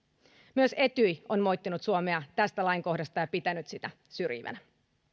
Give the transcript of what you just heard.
myös etyj on moittinut suomea tästä lainkohdasta ja pitänyt sitä syrjivänä